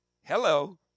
hello